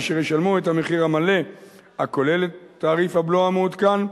אשר ישלמו את המחיר המלא הכולל את תעריף הבלו המעודכן,